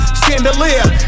chandelier